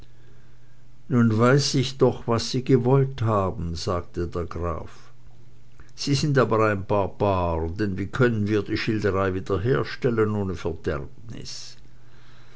nun weiß ich doch was sie gewollt haben sagte der graf sie sind aber ein barbar denn wie können wir die schilderei wiederherstellen ohne verderbnis